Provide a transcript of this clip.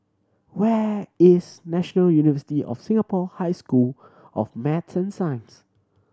where is National University of Singapore High School of Math and Science